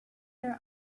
their